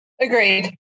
agreed